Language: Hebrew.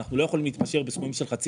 אנחנו לא יכולים להתפשר בסכומים של חצי